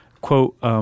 quote